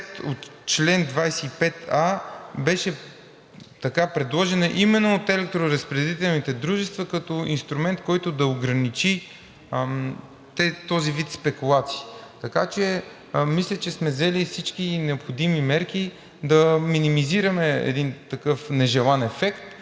на чл. 25а беше предложена именно от електроразпределителните дружества като инструмент, който да ограничи този вид спекулации. Така че мисля, че сме взели всички необходими мерки да минимизираме един такъв нежелан ефект.